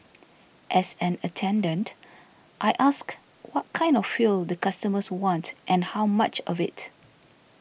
as an attendant I ask what kind of fuel the customers want and how much of it